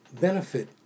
benefit